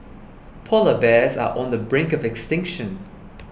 Polar Bears are on the brink of extinction